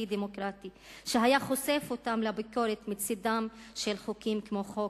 דמוקרטי שהיה חושף אותם לביקורת מצד חוקים כמו חוק-יסוד: